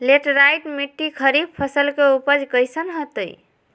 Laterite मिट्टी खरीफ फसल के उपज कईसन हतय?